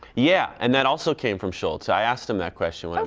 yeah, and that also came from schultz. i asked him that question.